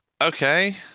Okay